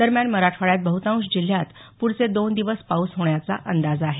दरम्यान मराठवाड्यात बहुतांश जिल्ह्यात पुढचे दोन दिवस पाऊस होण्याचा अंदाज आहे